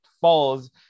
falls